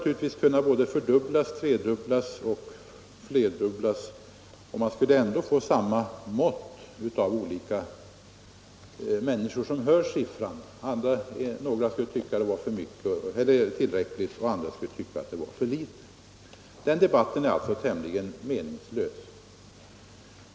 Och även om beloppet flerdubblades skulle uppfattningarna hos olika människor som hörde siffran växla: en del skulle tycka att beloppet var tillräckligt, medan andra ändå skulle tycka att det var för litet. Den debatten är alltså tämligen meningslös.